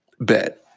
Bet